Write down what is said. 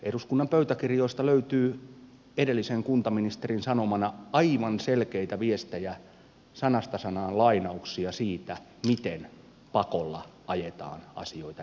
eduskunnan pöytäkirjoista löytyy edellisen kuntaministerin sanomana aivan selkeitä viestejä sanasta sanaan lainauksia siitä miten pakolla ajetaan asioita eteenpäin